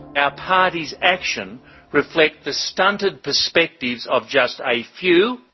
our party's action reflect the stunted perspectives of just a few,